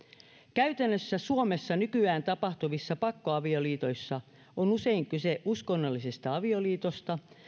käytännössä suomessa nykyään tapahtuvissa pakkoavioliitoissa on usein kyse uskonnollisesta avioliitosta